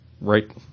right